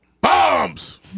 Bombs